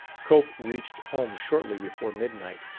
cope reached home shortly before midnight.